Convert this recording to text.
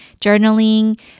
journaling